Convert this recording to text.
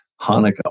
Hanukkah